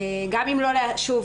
שוב,